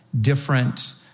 different